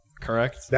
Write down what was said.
correct